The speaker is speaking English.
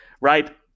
Right